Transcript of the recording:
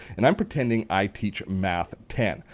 and i'm pretending i teach math ten.